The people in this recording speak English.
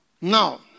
Now